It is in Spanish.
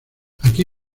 aquí